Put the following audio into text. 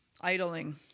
idling